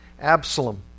Absalom